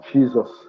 Jesus